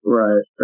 right